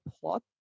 plot